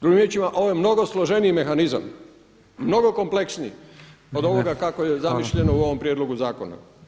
Drugim riječima ovo je mnogo složeniji mehanizam, mnogo kompleksniji od ovoga kako je zamišljeno u ovom prijedlogu zakona.